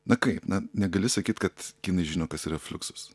na kaip na negali sakyt kad kinai žino kas yra fliuksus